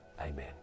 amen